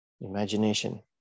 imagination